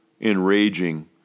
enraging